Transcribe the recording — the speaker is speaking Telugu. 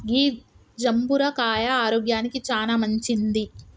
గీ జంబుర కాయ ఆరోగ్యానికి చానా మంచింది